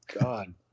God